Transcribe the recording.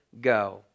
go